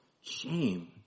shame